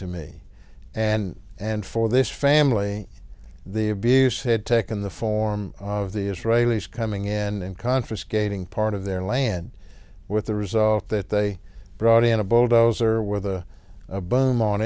to me and and for this family the abuse had taken the form of the israelis coming in and confiscating part of their land with the result that they brought in a bulldozer with a bum on